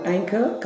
Anchor